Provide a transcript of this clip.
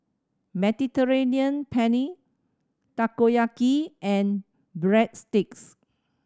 Mediterranean Penne Takoyaki and Breadsticks